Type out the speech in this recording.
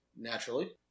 Naturally